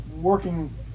working